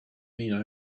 mean